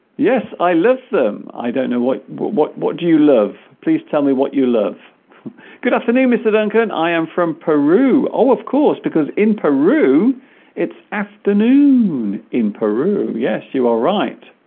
yes i love them i don't know what what what do you love please tell me what you love good afternoon mr. duncan i am from peru oh of course because in peru it's afternoon in peru yes you are right